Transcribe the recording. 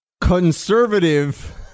conservative